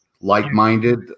like-minded